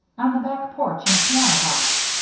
on the back porch in a piano box,